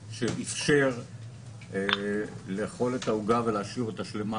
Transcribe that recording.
שאפשר לאכול את העוגה ולהשאיר אותה שלמה.